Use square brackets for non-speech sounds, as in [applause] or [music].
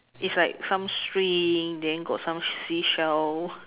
is like some string then got some seashell [laughs]